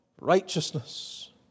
righteousness